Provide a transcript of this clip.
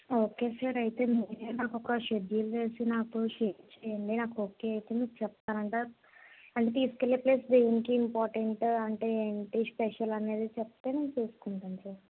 okay sir అయితే మీరే మాకు ఒక షెడ్యూల్ వేసి నాకు సెండ్ చేయండి నాకు ఓకే అయితే మీకు చెప్తా అంటే తీసుకెళ్లే ప్లేస్ దేనికి ఇంపార్టెంట్ అంటే ఏంటి స్పెషల్ అనేది చెప్తే నేను చూసుకుంటాను సార్